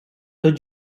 tot